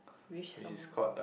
which song